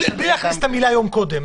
אבל בלי להכניס את המילים "יום קודם".